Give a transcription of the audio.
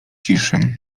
ciszy